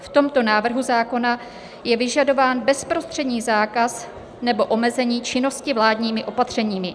V tomto návrhu zákona je vyžadován bezprostřední zákaz nebo omezení činnosti vládními opatřeními.